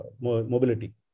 mobility